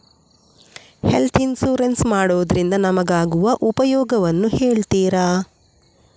Health insurance ಮಾಡೋದ್ರಿಂದ ನಮಗಾಗುವ ಉಪಯೋಗವನ್ನು ಹೇಳ್ತೀರಾ?